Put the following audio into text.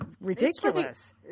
ridiculous